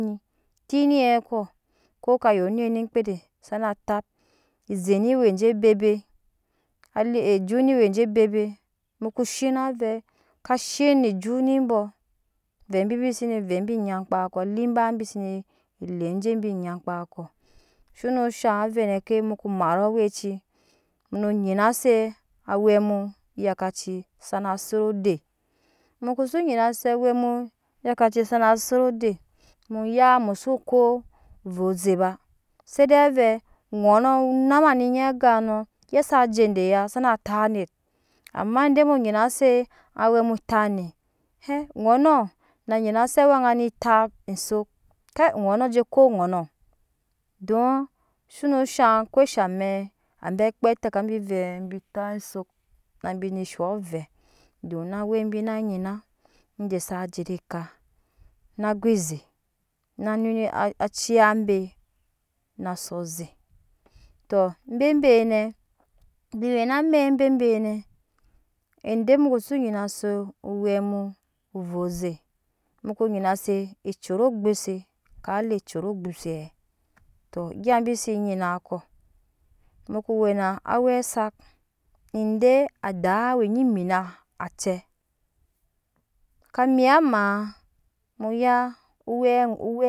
Eti nikɔ ko ka yo anet ne omŋkpede sana tap eze ni we je bebet ali ejut ni weje bebet ko zhim avɛ ka shin ne ejut nibɔ ovɛ bi sene vɛ binyankpa kɔ aliba bi se ne lee je binyanka ko shone shaŋ avɛ deke mu ko mat awɛ ci muno nyina se awɛ mu yakaci sana set ode muko di nyina se awɛ mu yakaci sa na set ode mu ya mu so ko ovɛze ba muya avɛ se de avɛ ŋɔnɔ nama ni ŋge gan nɔ ya sa je de yaa sana tap anet amma de mi nyina se awɛ mu tap anet hɛ ŋɔnɔ na nyina se awɛ ŋani tap esok na bi ne shop vɛ don na awɛ bi na nyina ede sa je edeka na go eze na none aciy be na azu ze tɔ bebe nɛ bi we na mɛk bebe nɛ ede mu ko si nyina se owɛmu ovɛ ze mu nyina se ecur ogbuse ka ce ecumru gbuseɛ to gy bise nyina kɔ mu ko we na awɛ asak ede adaa we nyi mi na acɛ ka mi amaa mu ya owɛ